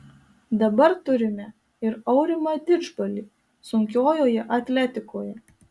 dabar turime ir aurimą didžbalį sunkiojoje atletikoje